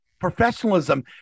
professionalism